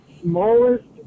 smallest